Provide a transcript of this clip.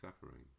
suffering